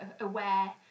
aware